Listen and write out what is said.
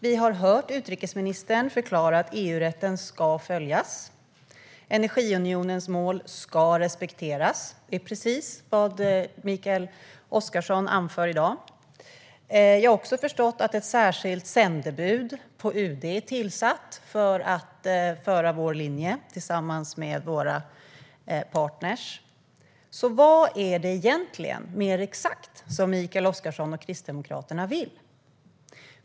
Vi har hört utrikesministern förklara att EU-rätten ska följas, att energiunionens mål ska respekteras. Det är precis vad Mikael Oscarsson anför i dag. Jag har också förstått att UD har tillsatt ett särskilt sändebud som ska föra vår linje tillsammans med våra partner. Vad är det egentligen, mer exakt, Mikael Oscarsson och Kristdemokraterna vill?